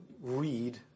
read